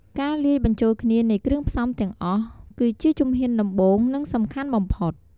ការលាយបញ្ចូលគ្នានៃគ្រឿងផ្សំទាំងអស់ គឺជាជំហានដំបូង និងសំខាន់បំផុត។